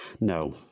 No